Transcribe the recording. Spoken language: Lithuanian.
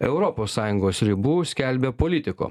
europos sąjungos ribų skelbia politiko